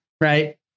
Right